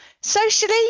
Socially